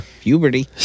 puberty